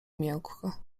miękko